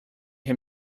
him